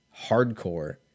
hardcore